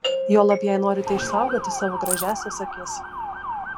juolab jei norite išsaugoti savo gražiąsias akis